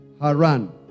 Haran